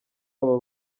aba